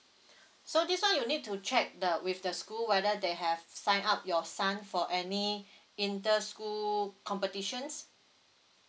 so this one you'll need to check the with the school whether they have signed up your son for any inter school competitions